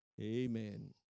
Amen